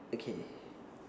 okay